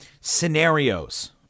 scenarios